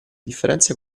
differenze